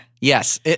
Yes